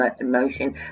emotion